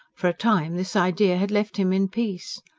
for a time this idea had left him in peace.